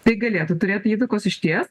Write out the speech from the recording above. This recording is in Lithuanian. tai galėtų turėt įtakos išties